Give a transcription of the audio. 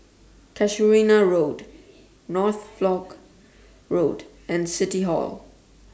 Casuarina Road Norfolk Road and City Hall